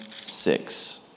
six